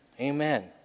Amen